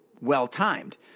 well-timed